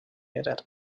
error